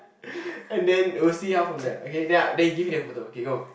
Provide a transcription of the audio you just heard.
and then we'll see how from there okay then I then you give me the photo okay go